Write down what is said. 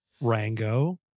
Rango